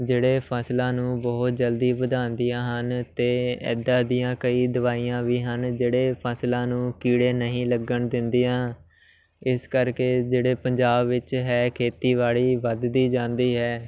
ਜਿਹੜੇ ਫਸਲਾਂ ਨੂੰ ਬਹੁਤ ਜਲਦੀ ਵਧਾਉਂਦੀਆਂ ਹਨ ਅਤੇ ਇੱਦਾਂ ਦੀਆਂ ਕਈ ਦਵਾਈਆਂ ਵੀ ਹਨ ਜਿਹੜੇ ਫਸਲਾਂ ਨੂੰ ਕੀੜੇ ਨਹੀਂ ਲੱਗਣ ਦਿੰਦੀਆਂ ਇਸ ਕਰਕੇ ਜਿਹੜੇ ਪੰਜਾਬ ਵਿੱਚ ਹੈ ਖੇਤੀਬਾੜੀ ਵੱਧਦੀ ਜਾਂਦੀ ਹੈ